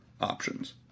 options